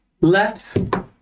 Let